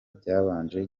byabanje